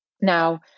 Now